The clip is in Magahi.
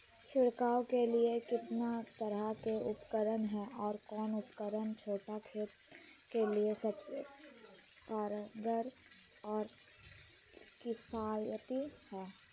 छिड़काव के लिए कितना तरह के उपकरण है और कौन उपकरण छोटा खेत के लिए सबसे कारगर और किफायती है?